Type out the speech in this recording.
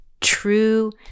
true